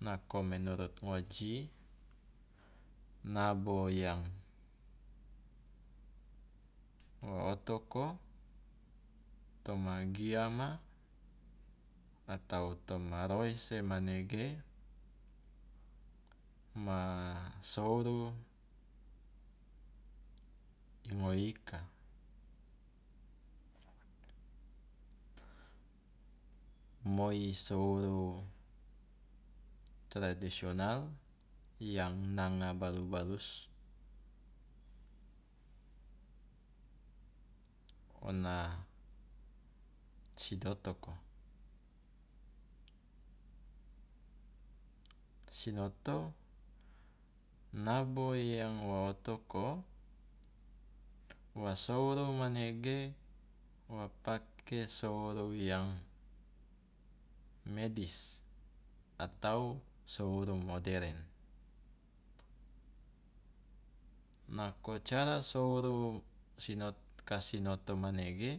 Nako menurut ngoji nabo yang wo otoko toma giama atau toma roese manege ma souru i ngoe ika. Moi souru tradisional yang nanga balu balus o na sidotoko. Sinoto nabo yang wa otoko wa souru manege wa pake souru yang medis atau souru modern. Nako cara souru sinot ka sinoto manege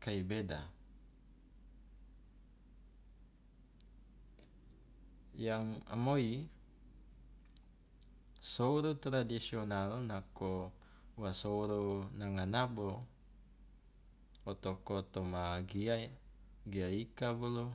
kai beda, yang a moi souru tradisional nako wa souru nanga nabo otoko toma gia e gia ika bolo